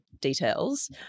details